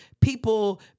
people